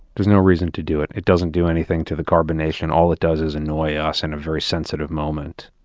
there's no reason to do it. it doesn't do anything to the carbonation. all it does is annoy ah us in a very sensitive moment.